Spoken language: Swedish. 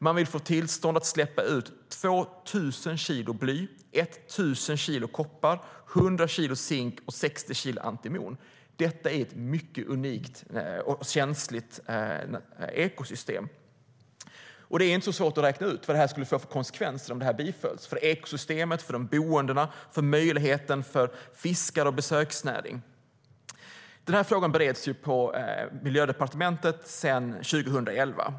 Man vill få tillstånd att släppa ut 2 000 kilo bly, 1 000 kilo koppar, 100 kilo zink och 60 kilo antimon - detta i ett unikt och känsligt ekosystem. Det är inte så svårt att räkna ut vad detta skulle få för konsekvenser för ekosystemet, för de boende, för fisket och för besöksnäringen om det bifalls. Frågan bereds på Miljödepartementet sedan 2011.